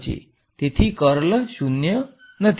તેથી કર્લ શૂન્ય નથી